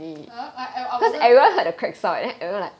!huh! I I wasn't